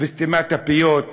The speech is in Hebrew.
סתימת הפיות,